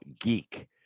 geek